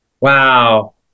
Wow